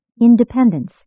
independence